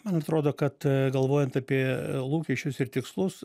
man atrodo kad galvojant apie lūkesčius ir tikslus